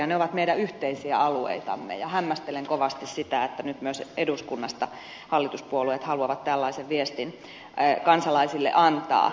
ne ovat meidän yhteisiä alueitamme ja hämmästelen kovasti sitä että nyt myös eduskunnasta hallituspuolueet haluavat tällaisen viestin kansalaisille antaa